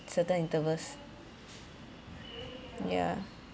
certain intervals ya